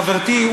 חברתי,